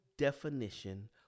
Definition